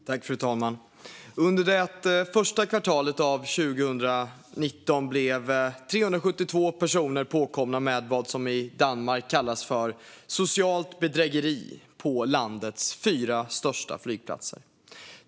Fru talman! Under det första kvartalet 2019 blev 372 personer påkomna med vad som i Danmark kallas för socialt bedrägeri på landets fyra största flygplatser.